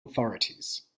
authorities